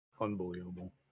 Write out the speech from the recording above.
unbelievable